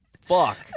Fuck